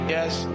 Yes